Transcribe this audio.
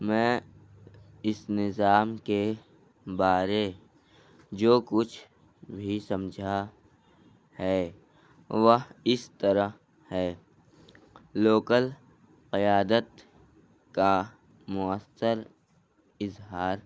میں اس نظام کے بارے جو کچھ بھی سمجھا ہے وہ اس طرح ہے لوکل قیادت کا مؤثر اظہار